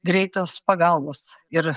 greitos pagalbos ir